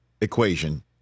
equation